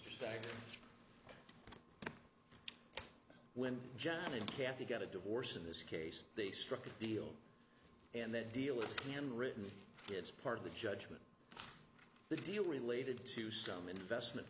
bank when john and kathy got a divorce in this case they struck a deal and the deal with him written it's part of the judgment the deal related to some investment